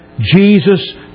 Jesus